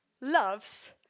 loves